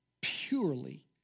purely